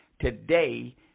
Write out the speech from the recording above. today